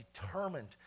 determined